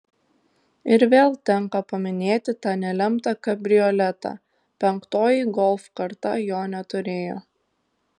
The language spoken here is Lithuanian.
ir vėl tenka paminėti tą nelemtą kabrioletą penktoji golf karta jo neturėjo